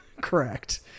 correct